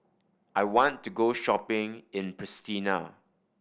I want to go shopping in Pristina